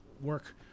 work